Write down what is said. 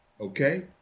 okay